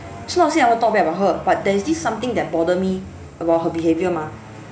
so not say I want to talk bad about her but there's this something that bother me about her behaviour mah